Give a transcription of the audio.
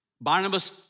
Barnabas